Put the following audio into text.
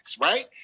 right